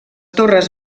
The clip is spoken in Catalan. torres